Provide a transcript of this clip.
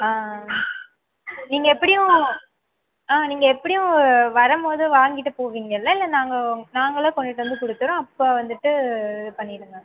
ஆ நீங்கள் எப்படியும் அதை ஆ நீங்கள் எப்படியும் வரும் போது வாங்கிகிட்டு போவீங்கள்லே இல்லை நாங்கள் நாங்களே கொண்டுகிட்டு வந்து கொடுக்குறோம் அப்போ வந்துட்டு பண்ணிவிடுங்க